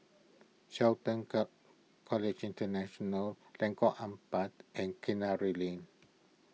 Shelton College International Lengkok Empat and Kinara Lane